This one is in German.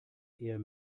eher